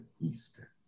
Easter